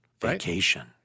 Vacation